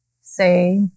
say